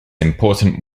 important